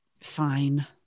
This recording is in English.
Fine